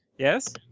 Yes